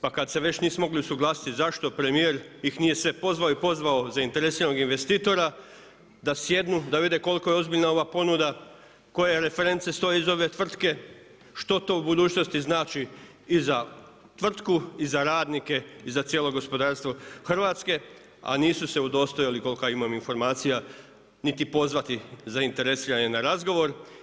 Pa kad se već nisu mogli usuglasiti zašto premijer ih nije sve pozvao i pozvao zainteresiranog investitora da sjednu, da vide koliko je ozbiljna ova ponuda, koje reference stoje iza ove tvrtke, što to u budućnosti znači i za tvrtku i za radnike i za cijelo gospodarstvo Hrvatske, a nisu su se udostojali koliko ja imam informacija niti pozvati zainteresirane na razgovor.